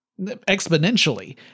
exponentially